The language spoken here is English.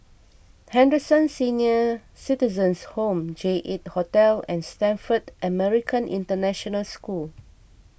Henderson Senior Citizens' Home J eight Hotel and Stamford American International School